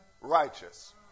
righteous